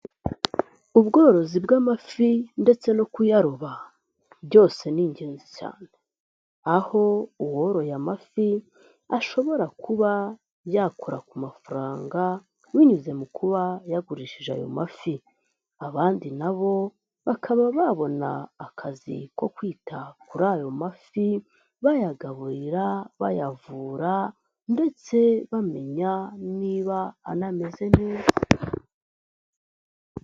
Ubworozi bw'amafi ndetse no kuyaroba byose ni ingenzi cyane, aho uworoye amafi ashobora kuba yakora ku mafaranga binyuze mu kuba yagurishije ayo mafi, abandi nabo bakaba babona akazi ko kwita kuri ayo mafi, bayagaburira, bayavura ndetse bamenya niba anameze neza.